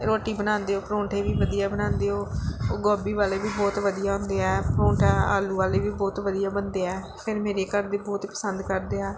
ਰੋਟੀ ਬਣਾਉਂਦੇ ਹੋ ਪਰੌਂਠੇ ਵੀ ਵਧੀਆ ਬਣਾਉਂਦੇ ਹੋ ਉਹ ਗੋਭੀ ਵਾਲੇ ਵੀ ਬਹੁਤ ਵਧੀਆ ਹੁੰਦੇ ਹੈ ਪਰੌਂਠਾ ਆਲੂ ਵਾਲੇ ਵੀ ਬਹੁਤ ਵਧੀਆ ਬਣਦੇ ਆ ਫਿਰ ਮੇਰੇ ਘਰ ਦੇ ਬਹੁਤ ਹੀ ਪਸੰਦ ਕਰਦੇ ਆ